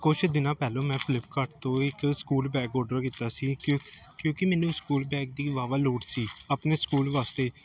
ਕੁਛ ਦਿਨਾਂ ਪਹਿਲਾਂ ਮੈਂ ਫਲਿਪਕਾਰਟ ਤੋਂ ਇੱਕ ਸਕੂਲ ਬੈਗ ਔਡਰ ਕੀਤਾ ਸੀ ਕਿ ਕਿਉਂਕਿ ਮੈਨੂੰ ਸਕੂਲ ਬੈਗ ਦੀ ਵਾਹਵਾ ਲੋੜ ਸੀ ਆਪਣੇ ਸਕੂਲ ਵਾਸਤੇ